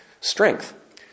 strength